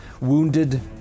wounded